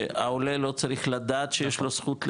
שהעולה לא צריך לדעת שיש לו זכות לזה,